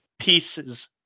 pieces